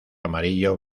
amarillo